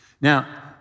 Now